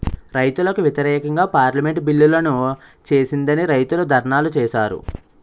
రైతులకు వ్యతిరేకంగా పార్లమెంటు బిల్లులను చేసిందని రైతులు ధర్నాలు చేశారు